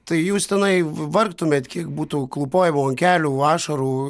tai jūs tenai vargtumėt kiek būtų klūpojimų ant kelių ašarų